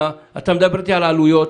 במערכת הבנקאית,